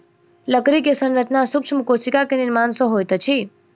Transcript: लकड़ी के संरचना सूक्ष्म कोशिका के निर्माण सॅ होइत अछि